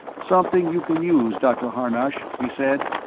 something you can use, dr harnosh, he said.